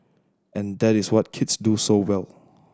and that is what kids do so well